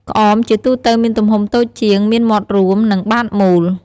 ក្អម ជាទូទៅមានទំហំតូចជាង មានមាត់រួម និងបាតមូល។